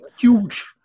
huge